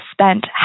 spent